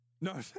No